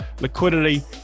liquidity